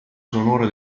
sonora